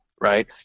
right